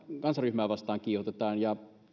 kansanryhmää vastaan kiihotetaan ja